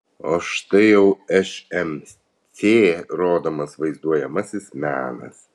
o štai jau šmc rodomas vaizduojamasis menas